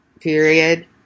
Period